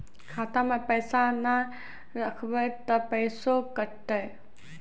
खाता मे पैसा ने रखब ते पैसों कटते?